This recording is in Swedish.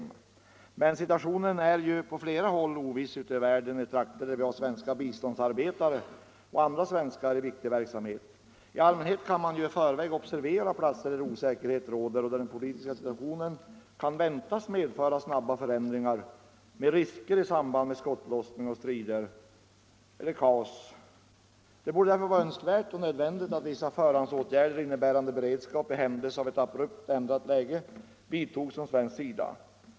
instabilt Men situationen är oviss på flera håll ute i världen där vi har svenska biståndsarbetare och andra svenskar i viktig verksamhet. I allmänhet kan man i förväg observera platser där osäkerhet råder och där den politiska situationen kan väntas medföra snabba förändringar med risker i samband med skottlossning, strider och kaos. Det borde därför vara önskvärt och nödvändigt att vissa förhandsåtgärder innebärande beredskap i händelse av ett abrupt ändrat läge vidtogs från svensk sida.